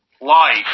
Life